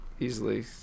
Easily